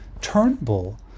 Turnbull